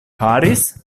faris